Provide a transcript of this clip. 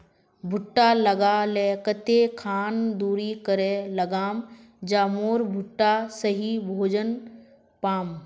भुट्टा लगा ले कते खान दूरी करे लगाम ज मोर भुट्टा सही भोजन पाम?